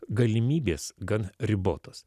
galimybės gan ribotos